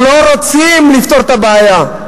הם לא רוצים לפתור את הבעיה.